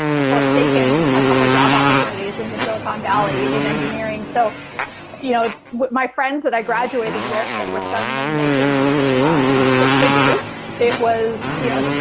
forsaken a couple job opportunities in the silicon valley in engineering. so you know my friends that i graduated with that were suddenly making six figures, it was you know,